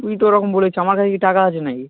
তুই তো ওরকম বলছিস আমার কাছে কি টাকা আছে নাকি